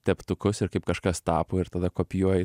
teptukus ir kaip kažkas tapo ir tada kopijuoji